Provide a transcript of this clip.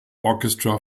orchestra